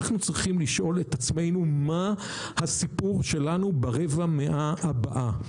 אנחנו צריכים לשאול את עצמנו מה הסיפור שלנו ברבע המאה הבאה.